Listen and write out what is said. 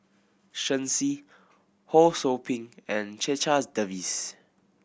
Shen Xi Ho Sou Ping and Checha's Davies